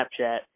Snapchat